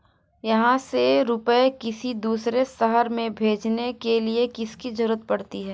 यहाँ से रुपये किसी दूसरे शहर में भेजने के लिए किसकी जरूरत पड़ती है?